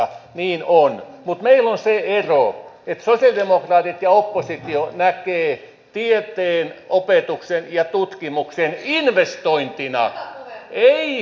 niin on mutta meillä on se ero että sosialidemokraatit ja oppositio näkevät tieteen opetuksen ja tutkimuksen investointina eivät kulueränä